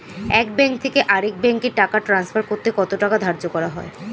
এক ব্যাংক থেকে আরেক ব্যাংকে টাকা টান্সফার করতে কত টাকা ধার্য করা হয়?